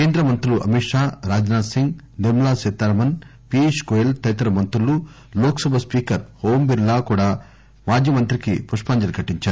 కేంద్ర మంత్రులు అమిత్ షా రాజ్ నాథ్ సింగ్ నిర్మలా సీతారామన్ పీయూష్ గోయల్ తదితర మంత్రులు లోక్ సభ స్పీకర్ ఓంబిర్లా కూడా మాజీ ప్రధానమంత్రికి పుష్పాంజలీ ఘటిందారు